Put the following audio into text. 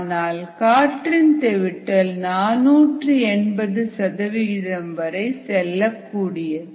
ஆனால் காற்றின் தெவிட்டல் 480 வரை செல்லக்கூடியது